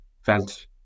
felt